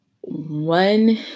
one